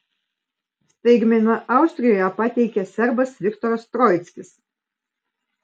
staigmeną austrijoje pateikė serbas viktoras troickis